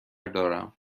دارم